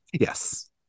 Yes